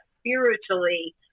spiritually